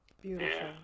Beautiful